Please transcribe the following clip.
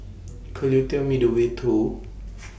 Could YOU Tell Me The Way to